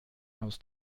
aus